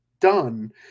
done